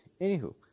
Anywho